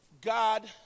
God